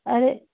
अरे